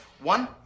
One